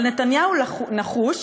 אבל נתניהו נחוש,